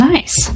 Nice